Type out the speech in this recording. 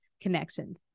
connections